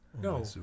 No